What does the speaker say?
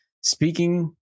Speaking